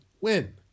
win